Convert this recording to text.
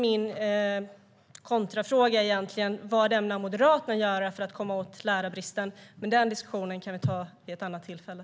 Min motfråga är egentligen: Vad ämnar Moderaterna göra för att komma åt lärarbristen? Men den diskussionen får vi ta vid ett annat tillfälle.